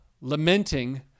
lamenting